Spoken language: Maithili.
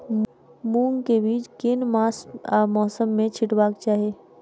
मूंग केँ बीज केँ मास आ मौसम मे छिटबाक चाहि?